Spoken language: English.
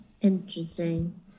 Interesting